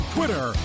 Twitter